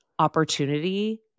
opportunity